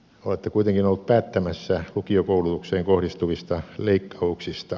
olette kuitenkin ollut päättämässä lukiokoulutukseen kohdistuvista leikkauksista